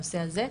הנושא הזה,